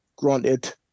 Granted